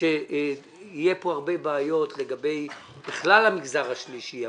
FATKAשיהיו פה הרבה בעיות לגבי המגזר השלישי בכלל,